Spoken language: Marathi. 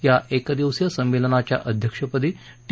या एक दिवसीय संमेलनाच्या अध्यक्षपदी टी